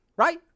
Right